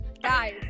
Guys